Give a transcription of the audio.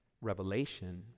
revelation